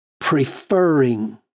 preferring